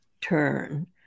turn